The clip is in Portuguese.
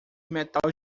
metal